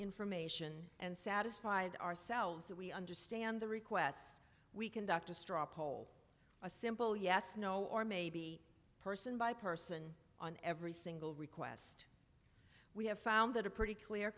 information and satisfied ourselves that we understand the requests we conduct a straw poll a simple yes no or maybe person by person on every single request we have found that a pretty clear